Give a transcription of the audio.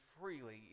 freely